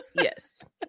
Yes